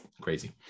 crazy